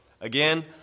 again